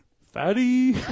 fatty